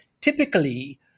typically